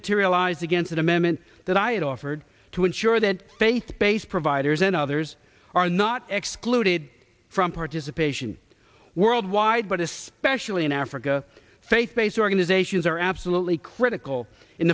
materialize against an amendment that i offered to ensure that faith based providers and others are not excluded from participation worldwide but especially in africa faith based organizations are absolutely critical